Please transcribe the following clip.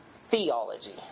Theology